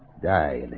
die